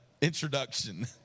introduction